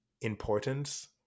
importance